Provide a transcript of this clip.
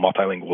multilingual